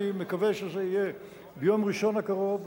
אני מקווה שזה יהיה ביום ראשון הקרוב,